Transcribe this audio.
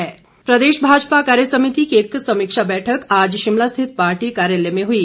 माजपा बैठक प्रदेश भाजपा कार्यसमिति की एक समीक्षा बैठक आज शिमला स्थित पार्टी कार्यालय में हई